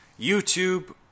YouTube